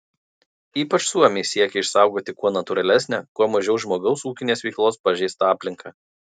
ypač suomiai siekia išsaugoti kuo natūralesnę kuo mažiau žmogaus ūkinės veiklos pažeistą aplinką